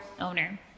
owner